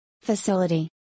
Facility